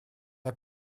mae